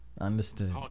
understood